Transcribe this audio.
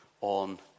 on